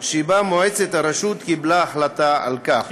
שבה מועצת הרשות קיבלה החלטה על כך.